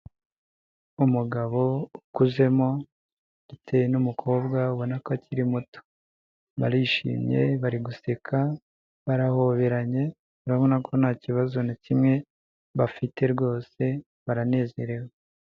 Umugabo ukuzemo ndetse n'umukobwa ubona ko akiri muto, barishimye bari guseka barahoberanye urabona ko nta kibazo na kimwe bafite rwose baranezerewe.